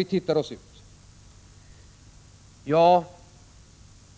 I